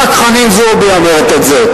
רק חנין זועבי אומרת את זה,